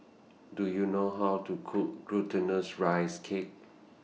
Do YOU know How to Cook Glutinous Rice Cake